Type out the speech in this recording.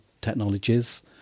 technologies